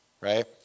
Right